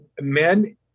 men